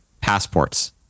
passports